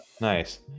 nice